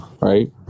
right